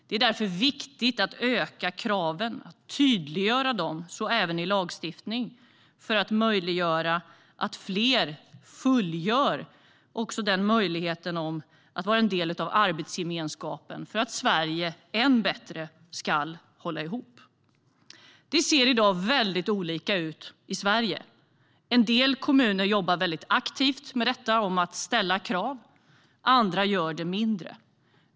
Det är därför viktigt att öka kraven och tydliggöra dem, så även i lagstiftning, så att fler får möjligheten att vara en del av arbetsgemenskapen för att Sverige än bättre ska hålla ihop. Det ser i dag väldigt olika ut i Sverige. En del kommuner jobbar väldigt aktivt med att ställa krav, andra gör det mindre.